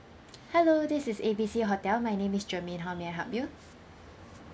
hello this is A B C hotel my name is germaine how may I help you